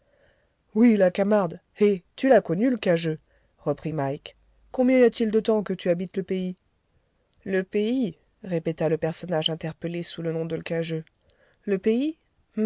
oui la camarde eh tu l'as connue l'cageux reprit mike combien y a-t-il de temps que tu habites le pays le pays répéta le personnage interpellé sous le nom de l'cageux le pays